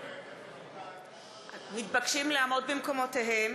מתבקשים לעמוד במקומותיהם.